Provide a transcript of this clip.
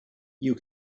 you